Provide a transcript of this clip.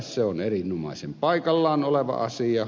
se on erinomaisen paikallaan oleva asia